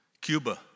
Cuba